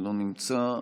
אינו נמצא.